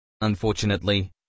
Unfortunately